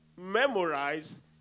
memorize